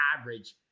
average